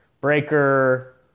Breaker